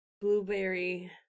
blueberry